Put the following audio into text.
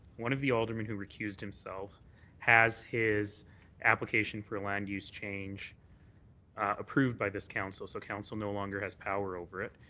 one of the aldermen who recused himself has his application for the land use changed approved by this council, so council no longer has power over it,